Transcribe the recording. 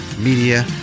Media